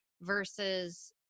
versus